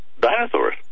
dinosaurs